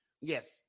Yes